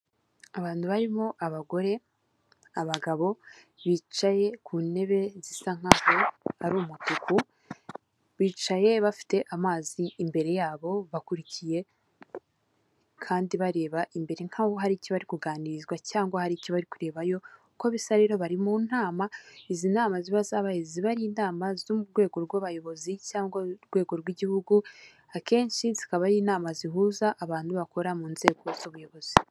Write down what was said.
Abantu barimo abagore abagabo bicaye ku ntebe zisa nkaho ari umutuku bicaye bafite amazi imbere yabo bakurikiye kandi bareba imbere nkaho hari icyo barikuganirizwa cyangwa hari icyo bari kurebayo uko bisa rero bari mu nama, izi nama ziba zabaye ziba ari inama zo mu rwego rw'abayobozi cyangwa urwego rw'igihugu akenshi zikaba ari inama zihuza abantu bakora mu nzego z'ubuyobozi.